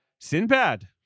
Sinbad